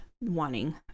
wanting